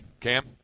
Cam